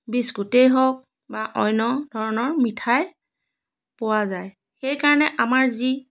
বিস্কুটেই হওক বা অন্য ধৰণৰ মিঠাই পোৱা যায় সেই কাৰণে আমাৰ যি